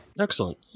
Excellent